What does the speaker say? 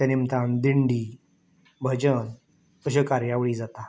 ते निमतान दिंडी भजन अश्यो कार्यावळी जाता